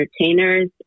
entertainers